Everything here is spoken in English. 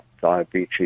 diabetes